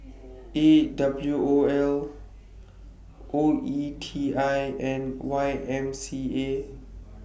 A W O L O E T I and Y M C A